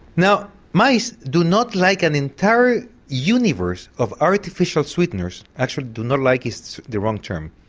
now mice do not like an entire universe of artificial sweeteners, actually do not like is the wrong term,